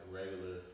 regular